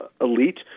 elite